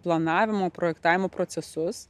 planavimo projektavimo procesus